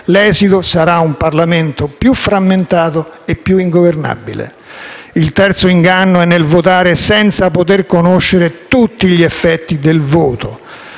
L'esito sarà un Parlamento più frammentato e più ingovernabile. Il terzo inganno è nel votare senza poter conoscere tutti gli effetti del voto.